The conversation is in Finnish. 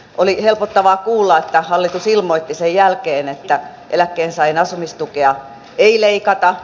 oli helpottavaa kuulla että hallitus ilmoitti sen jälkeen että eläkkeensaajien asumistukea ei leikata